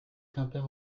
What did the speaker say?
quimper